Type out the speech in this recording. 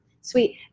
sweet